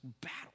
battle